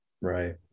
Right